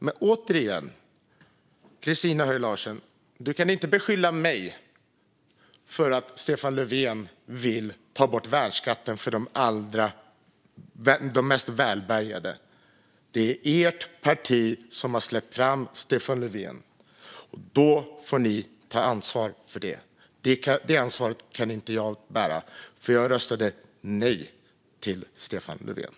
Men återigen, Christina Höj Larsen: Du kan inte beskylla mig för att Stefan Löfven vill ta bort värnskatten för de allra mest välbärgade. Det är ert parti som har släppt fram Stefan Löfven. Då får ni ta ansvar för det. Det ansvaret kan inte jag bära, för jag röstade nej till Stefan Löfven.